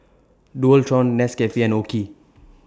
Dualtron Nescafe and OKI